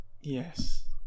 Yes